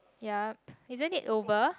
ya isn't it over